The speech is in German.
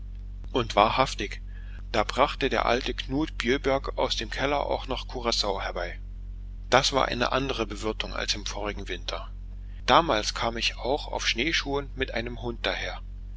und wahrhaftig da brachte der alte knut bjöberg aus dem keller auch noch curacao herbei das war eine andere bewirtung als im vorigen winter damals kam ich auch auf schneeschuhen mit einem hund daher